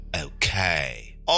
Okay